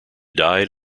died